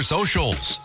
Socials